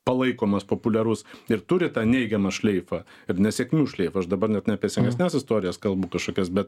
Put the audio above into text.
palaikomas populiarus ir turi tą neigiamą šleifą ir nesėkmių šleifą aš dabar net ne apie senesnes istorijas kalbu kažkokias bet